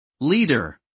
leader